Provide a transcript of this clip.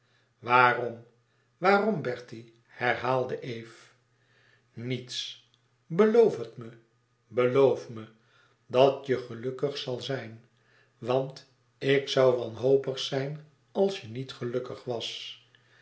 waarom waarom bertie herhaalde eve niets beloof het me beloof me dat je gelukkig zal zijn want ik zoû wanhopig zijn als je niet gelukkig was